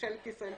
ממשלת ישראל,